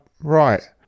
Right